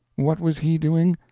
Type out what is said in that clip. what was he doing?